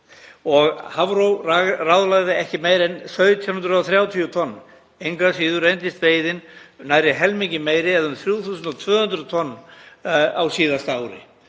og Hafró ráðlagði ekki meira en 1.730 tonn. Engu að síður reyndist veiðin nærri helmingi meiri eða um 3.200 tonn á síðasta ári.